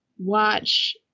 watch